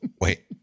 wait